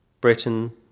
Britain